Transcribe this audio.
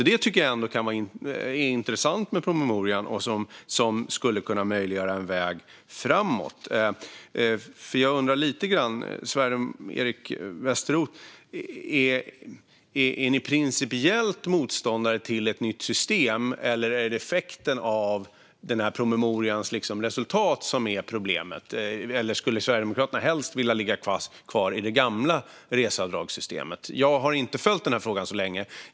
Det kan ändå vara intressant med promemorian och något som skulle möjliggöra en väg framåt. Jag vill fråga Eric Westroth: Är ni principiellt motståndare till ett nytt system, eller är det effekten av promemorians resultat som är problemet? Eller skulle Sverigedemokraterna helst vilja ligga kvar i det gamla reseavdragssystemet? Jag har inte följt den här frågan så länge.